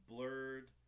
Blurred